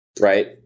right